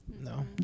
No